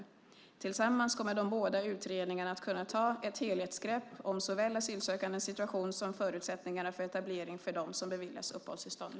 Tillsammans kommer de båda utredningarna att kunna ta ett helhetsgrepp om såväl asylsökandes situation som förutsättningarna för etablering för dem som beviljas uppehållstillstånd.